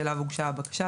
שאליו הוגשה הבקשה,